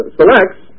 selects